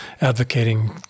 advocating